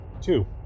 Two